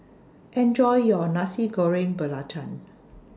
Enjoy your Nasi Goreng Belacan